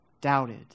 doubted